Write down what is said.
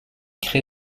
crée